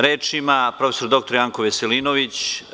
Reč ima prof. dr Janko Veselinović.